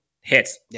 hits